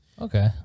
Okay